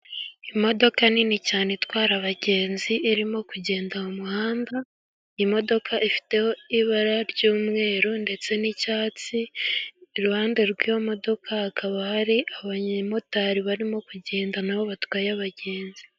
Imodoka nini cyane itwara abagenzi, irimo kugenda mu muhanda. Imodoka ifite ibara ry'umweru ndetse n'icyatsi. Iruhande rw’iyo modoka, hakaba hari abamotari barimo kugenda, na bo batwaye abagenzi.